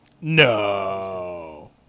No